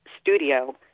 studio